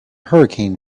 hurricane